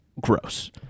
gross